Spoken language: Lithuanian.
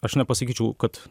aš nepasakyčiau kad